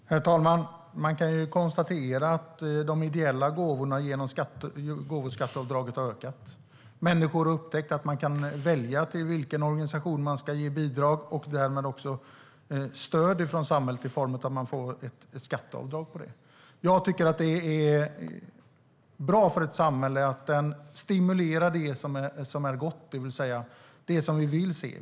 Herr talman! Man kan konstatera att de ideella gåvorna har ökat genom gåvoskatteavdraget. Människor har upptäckt att man kan välja till vilken organisation man ska ge bidrag och därmed också stöd från samhället i och med att man får göra skatteavdrag. Jag tycker att det är bra för ett samhälle att det stimulerar det som är gott, det vill säga sådant vi vill se.